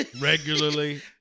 regularly